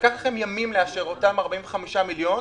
לקח לכם ימים לאשר את אותם 45 מיליון.